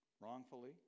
wrongfully